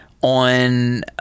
on